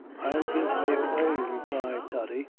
i'll give mave away, replied toddy,